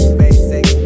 basic